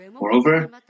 Moreover